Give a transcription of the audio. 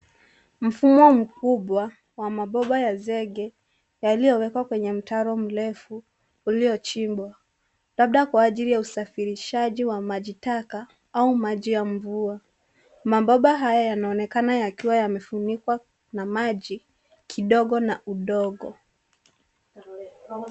Mfumo mkubwa wa mabomba ya zege yaliyowekwa kwenye mtaro mrefu ulichimbwa labda kwa ajili ya usafirishaji wa majitaka au majji ya mvua. mabomba haya yanaonekana yakiwa yamefunikwa na maji kidogo na udongo.